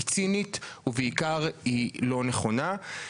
היא צינית ובעיקר היא לא נכונה.